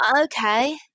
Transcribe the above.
Okay